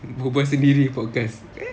berbual sendiri podcast eh